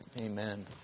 Amen